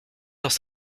dans